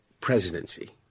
presidency